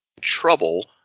trouble